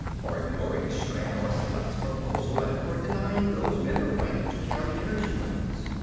for ignoring stranor sleth's proposal and for denying those men the right to carry energy weapons.